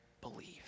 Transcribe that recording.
believe